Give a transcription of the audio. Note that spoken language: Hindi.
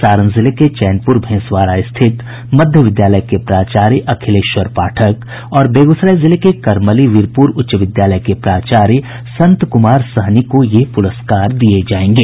सारण जिले के चैनपुर भेंसवारा स्थित मध्य विद्यालय के प्राचार्य अखिलेश्वर पाठक और बेगूसराय जिले करमली वीरपुर उच्च विद्यालय के प्राचार्य संत कुमार सहनी को ये पुरस्कार दिये जायेंगे